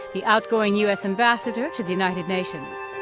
the outgoing u s. ambassador to the united nations